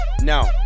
Now